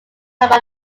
about